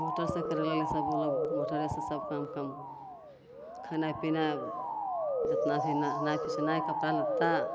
मोटरसे करै लागलै सभलोक मोटरेसे सब काम कम खेनाइ पिनाइ जतना भी नहेनाइ खिचनाइ कपड़ा लत्ता